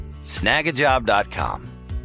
Snagajob.com